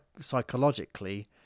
psychologically